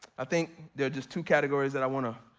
i think there are just two categories that i wanna,